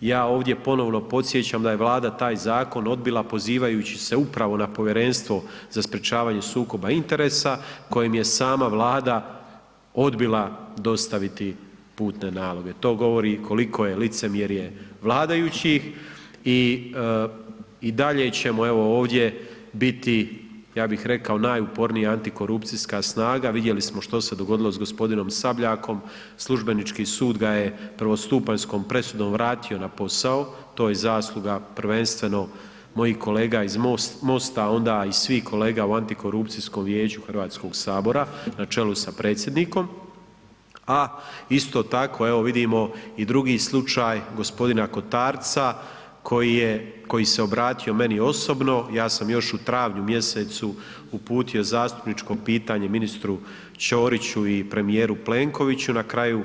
Ja ovdje ponovno podsjećam da je Vlada taj zakon odbila pozivajući se upravo na Povjerenstvo za sprječavanje sukoba interesa kojem je sama Vlada odbila dostaviti putne naloge, to govori koliko je licemjerje vladajućih i dalje ćemo evo ovdje biti ja bih rekao najupornija antikorupcijska snaga, vidjeli smo što se dogodilo s g. Sabljakom, službenički sud ga je prvostupanjskom presudom vratio na posao, to je zasluga prvenstveno mojih kolega iz MOST-a, onda i svih kolega u Antikorupcijskom vijeću HS na čelu sa predsjednikom, a isto tako evo vidimo i drugi slučaj g. Kotarca koji se obratio meni osobno, ja sam još u travnju mjesecu uputio zastupničko pitanje ministru Ćoriću i premijeru Plenkoviću, na kraju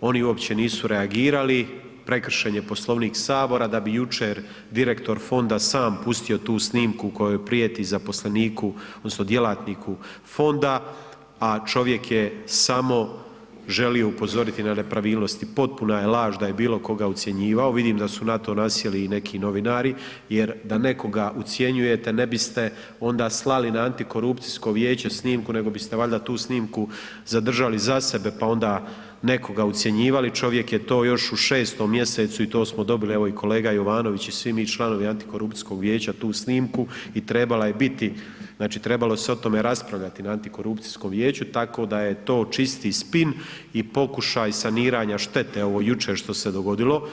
oni uopće nisu reagirali, prekršen je Poslovnik HS, da bi jučer direktor fonda sam pustio tu snimku kojom prijeti zaposleniku odnosno djelatniku fonda, a čovjek je samo želio upozoriti na nepravilnosti, potpuna je laž da je bilo koga ucjenjivao, vidim da su na to nasjeli i neki novinari jer da nekoga ucjenjujete ne biste onda slali na Antikorupcijsko vijeće snimku, nego biste valjda tu snimku zadržali za sebe, pa onda nekoga ucjenjivali, čovjek je to još u 6. mjesecu i to smo dobili, evo i kolega Jovanović i svi mi članovi Antikorupcijskog vijeća tu snimku i trebala je biti znači trebalo se o tome raspravljati na Antikorupcijskom vijeću tako da je to čisti spin i pokušaj saniranja štete ovo jučer što se dogodilo.